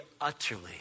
utterly